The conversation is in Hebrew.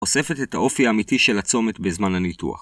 ‫אוספת את האופי האמיתי של הצומת בזמן הניתוח.